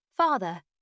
father